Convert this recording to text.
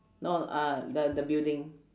no uh the the building